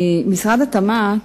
משרד התעשייה,